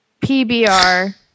pbr